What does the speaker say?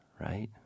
right